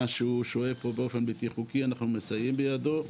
שהוא שוהה פה באופן בלתי חוקי אנחנו מסייעים בידו.